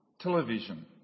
television